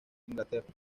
inglaterra